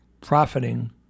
profiting